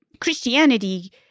Christianity